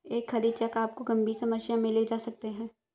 एक खाली चेक आपको गंभीर समस्या में ले जा सकता है